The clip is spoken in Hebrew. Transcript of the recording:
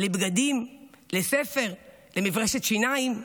לבגדים, לספר, למברשת שיניים?